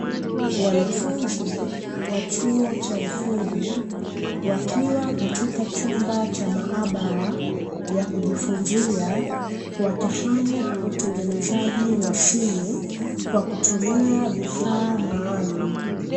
Wanafunzi wa chuo cha ufundi wakiwa katika chumba cha maabara ya kujifunzia, wakifanya utengenezaji wa simu kwa kutumia vifaa maalumu.